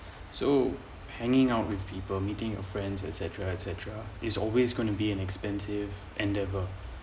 so hanging out with people meeting your friends et cetera etcetera is always going to be an expensive endeavour so